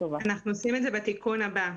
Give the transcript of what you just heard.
אנחנו עושים את זה בתיקון הבא.